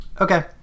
Okay